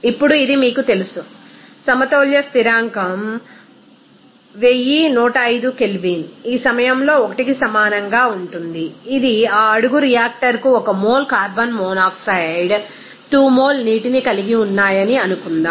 ఇప్పుడు ఇది మీకు తెలుసు సమతౌల్య స్థిరాంకం 1105 కెల్విన్ ఈ సమయంలో 1 కి సమానంగా ఉంటుంది ఇది ఆ అడుగు రియాక్టర్కు 1 మోల్ కార్బన్ మోనాక్సైడ్ 2 మోల్ నీటిని కలిగి ఉన్నాయని అనుకుందాం